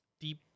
deep